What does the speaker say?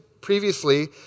previously